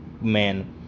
man